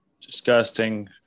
disgusting